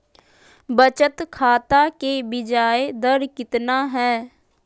बचत खाता के बियाज दर कितना है?